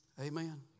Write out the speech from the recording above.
Amen